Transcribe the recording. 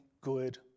good